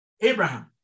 Abraham